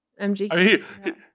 MGK